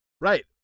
Right